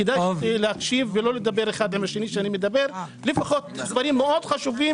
כדאי להקשיב ולא לדבר אחד עם השני כשאני מדבר דברים מאוד חשובים.